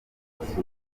kubasura